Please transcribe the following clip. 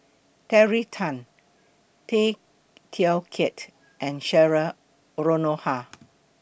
Terry Tan Tay Teow Kiat and Cheryl Noronha